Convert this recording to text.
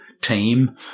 team